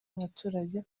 y’abaturage